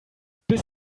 bis